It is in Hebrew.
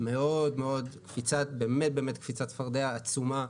מאוד מאוד קפיצת מדרגה עצומה,